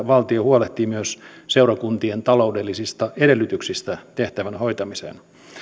valtio huolehtii myös seurakuntien taloudellisista edellytyksistä tehtävän hoitamiseen